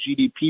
GDP